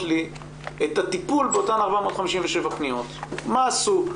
לי את הטיפול באותן 457 פניות ומה עשו.